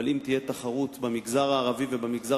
אבל אם תהיה תחרות במגזר הערבי ובמגזר